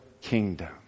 kingdom